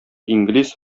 инглиз